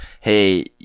hey